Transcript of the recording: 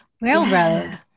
Railroad